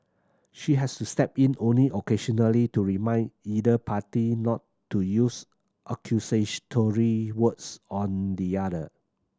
she has to step in only occasionally to remind either party not to use accusatory words on the other